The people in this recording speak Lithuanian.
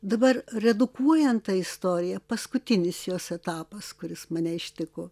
dabar redukuojant tą istoriją paskutinis jos etapas kuris mane ištiko